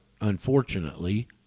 unfortunately